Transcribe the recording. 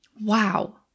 Wow